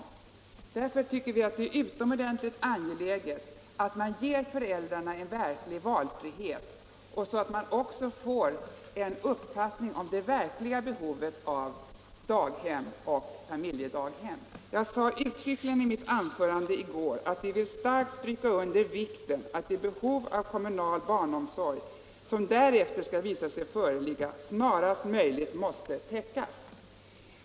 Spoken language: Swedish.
Vi tycker mot denna bakgrund att det är utomordentligt angeläget att man ger föräldrarna en verklig valfrihet, så att man också får en uppfattning om det verkliga behovet av daghem och familjedaghem. Jag sade uttryckligen i går att vi vill ”starkt stryka under vikten av att det behov av kommunal barnomsorg som därefter skulle visa sig föreligga snarast möjligt måste täckas”.